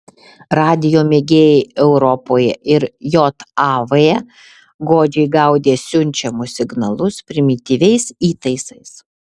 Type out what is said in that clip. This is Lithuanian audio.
radijo mėgėjai europoje ir jav godžiai gaudė siunčiamus signalus primityviais įtaisais